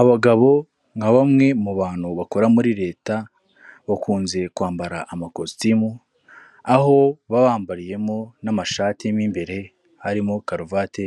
Abagabo nka bamwe mu bantu bakora muri leta, bakunze kwambara amakositimu aho baba bambariyemo n'amashati mo imbere harimo karuvate,